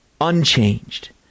unchanged